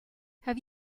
have